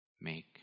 make